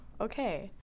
Okay